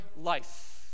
life